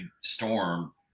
storm